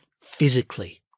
physically